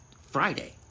friday